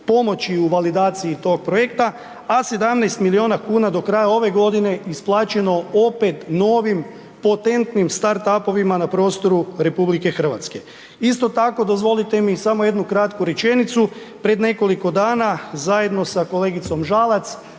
pomoći u validaciji tog projekta, a 17 miliona kuna do kraja ove godine isplaćeno opet novim potentnim start up-ovima na prostoru RH. Isto tako dozvolite mi samo jednu kratku rečenicu, pred nekoliko dana zajedno sa kolegicom Žalac